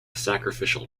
sacrificial